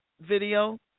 video